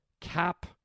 cap